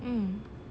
mm